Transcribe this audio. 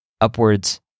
Upwards